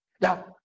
Now